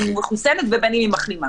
בין אם היא מחוסנת ובין אם היא מחלימה.